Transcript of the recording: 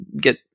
get